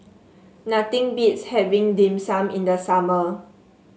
nothing beats having Dim Sum in the summer